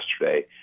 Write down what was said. yesterday